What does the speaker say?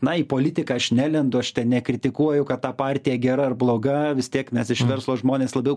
na į politiką aš nelendu aš nekritikuoju kad ta partija gera ar bloga vis tiek mes iš verslo žmones labiau